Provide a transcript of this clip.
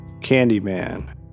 Candyman